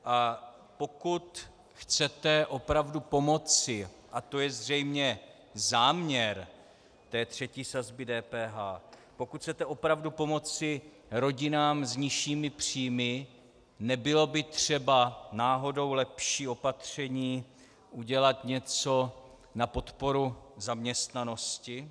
A pokud chcete opravdu pomoci, a to je zřejmě záměr třetí sazby DPH, pokud chcete opravdu pomoci rodinám s nižšími příjmy, nebylo by třeba náhodou lepší opatření udělat něco na podporu zaměstnanosti?